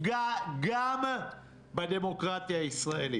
וגם את זה הם לא יכולים לעשות היום כי אי אפשר לטוס מפה.